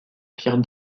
pierre